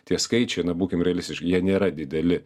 tie skaičiai na būkim realistiški jie nėra dideli